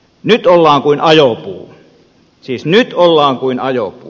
nyt ollaan kuin ajopuu siis nyt ollaan kuin ajopuu